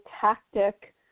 tactic